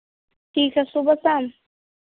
ठीक है सुबह शाम